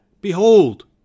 behold